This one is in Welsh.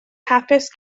hapus